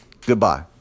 goodbye